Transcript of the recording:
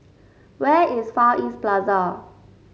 where is Far East Plaza